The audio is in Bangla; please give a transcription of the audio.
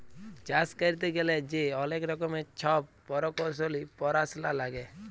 চাষ ক্যইরতে গ্যালে যে অলেক রকমের ছব পরকৌশলি পরাশলা লাগে